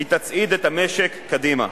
היא תצעיד את המשק קדימה.